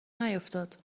نیفتاد